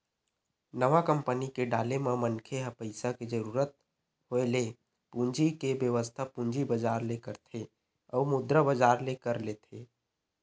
नवा कंपनी के डाले म मनखे ह पइसा के जरुरत होय ले पूंजी के बेवस्था पूंजी बजार ले करथे अउ मुद्रा बजार ले कर लेथे